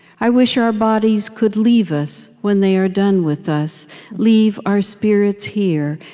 i wish our bodies could leave us when they are done with us leave our spirits here,